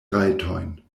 rajtojn